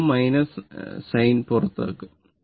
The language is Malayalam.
എടുക്കുക sin പുറത്താക്കുക